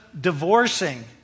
divorcing